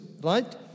right